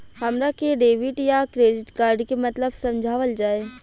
हमरा के डेबिट या क्रेडिट कार्ड के मतलब समझावल जाय?